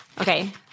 Okay